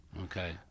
Okay